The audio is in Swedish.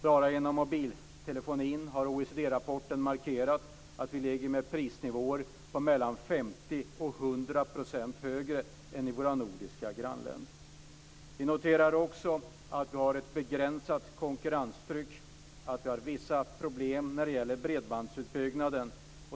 Bara inom mobiltelefonin har OECD-rapporten markerat att vi ligger på mellan 50 % och 100 % högre prisnivåer än i våra nordiska grannländer. Vi noterar också att vi har ett begränsat konkurrenstryck och att vi har vissa problem när det gäller bredbandsutbyggnaden.